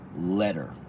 letter